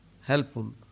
helpful